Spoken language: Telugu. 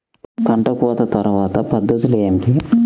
పంట కోత తర్వాత పద్ధతులు ఏమిటి?